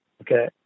okay